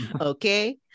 Okay